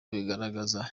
bigaragaza